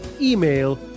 email